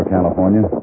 California